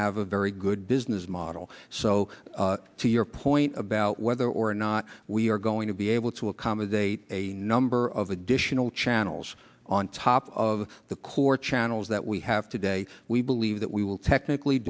have a very good business model so to your point about whether or not we are going to be able to accommodate a number of additional channels on top of the core channels that we have today we believe that we will technically